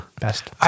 Best